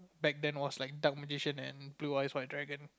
back then was like Dark-Magician and Blue-Eyes-White-Dragon